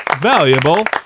valuable